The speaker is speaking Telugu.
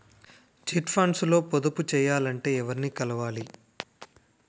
చిట్ ఫండ్స్ లో పొదుపు చేయాలంటే ఎవరిని కలవాలి?